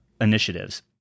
initiatives